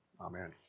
Amen